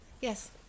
Yes